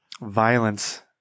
violence